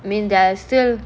I mean they're still